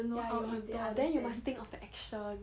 ya 有很多 then you must think of the action